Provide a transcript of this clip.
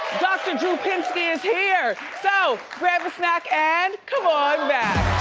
dr. drew pinsky is here. so, grab a snack and come on back.